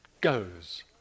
goes